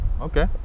Okay